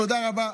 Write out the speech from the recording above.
תודה רבה.